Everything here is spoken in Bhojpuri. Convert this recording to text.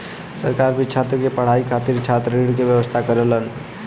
सरकार भी छात्र के पढ़ाई के खातिर छात्र ऋण के व्यवस्था करलन